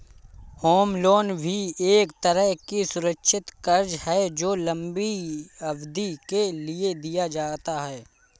home loan भी एक तरह का सुरक्षित कर्ज है जो लम्बी अवधि के लिए दिया जाता है